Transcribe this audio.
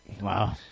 Wow